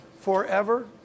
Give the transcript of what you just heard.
forever